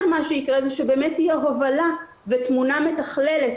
אז מה שיקרה זה שתהיה הובלה ותמונה מתכללת,